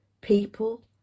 people